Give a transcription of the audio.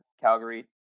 calgary